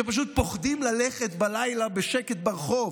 שפשוט פוחדים ללכת בלילה בשקט ברחוב,